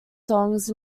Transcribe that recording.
songs